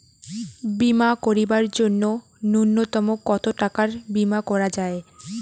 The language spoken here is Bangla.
বীমা করিবার জন্য নূন্যতম কতো টাকার বীমা করা যায়?